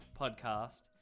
podcast